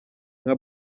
nka